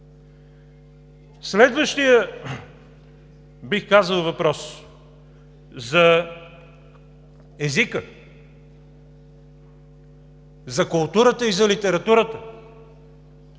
Следващият, бих казал, въпрос – за езика, за културата и за литературата.